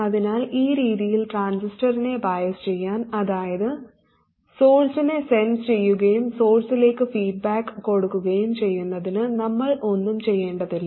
അതിനാൽ ഈ രീതിയിൽ ട്രാൻസിസ്റ്ററിനെ ബയസ് ചെയ്യാൻ അതായത് സോഴ്സ്നെ സെൻസ് ചെയ്യുകയും സോഴ്സിലേക്ക് ഫീഡ്ബാക്ക് കൊടുക്കുകയും ചെയ്യുന്നതിന് നമ്മൾ ഒന്നും ചെയ്യേണ്ടതില്ല